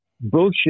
bullshit